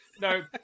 No